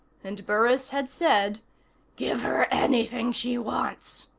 and burris had said give her anything she wants.